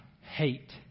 hate